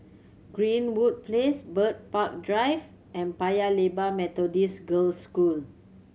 Greenwood Place Bird Park Drive and Paya Lebar Methodist Girls' School